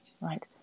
right